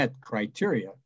criteria